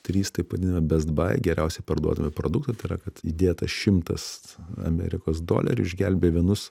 trys taip vadinami best bai geriausiai parduodami produktai tai yra kad įdėta šimtas amerikos dolerių išgelbėja vienus